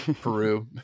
Peru